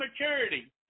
maturity